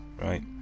right